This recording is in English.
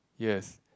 yes